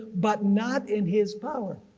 but not in his power.